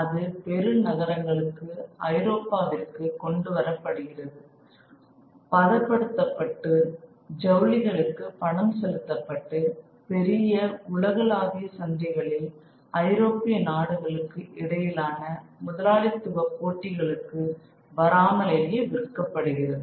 அது பெருநகரங்களுக்கு ஐரோப்பாவிற்கு கொண்டுவரப்படுகிறது பத படுத்தப்பட்டு ஜவுளி களுக்கு பணம் செலுத்தப்பட்டு பெரிய உலகளாவிய சந்தைகளில் ஐரோப்பிய நாடுகளுக்கு இடையிலான முதலாளித்துவ போட்டிகளுக்கு வராமலேயே விற்கப்படுகிறது